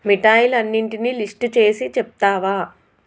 మిఠాయిలన్నింటినీ list చేసి చెప్తావా